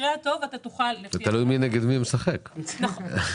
תלוי מי משחק נגד מי.